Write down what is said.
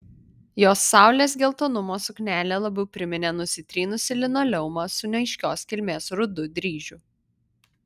jos saulės geltonumo suknelė labiau priminė nusitrynusį linoleumą su neaiškios kilmės rudu dryžiu